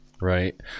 Right